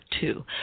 two